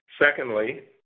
Secondly